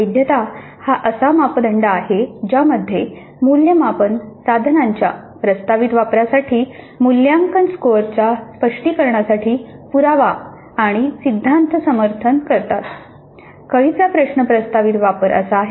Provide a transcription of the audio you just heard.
वैधता हा असा मापदंड आहे ज्यामध्ये मूल्यमापन साधनांच्या प्रस्तावित वापरासाठी मूल्यांकन स्कोअरच्या स्पष्टीकरणासाठी पुरावा आणि सिद्धांत समर्थन करतात कळीचा शब्द प्रस्तावित वापर असा आहे